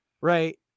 right